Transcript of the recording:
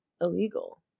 illegal